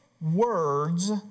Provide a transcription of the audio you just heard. words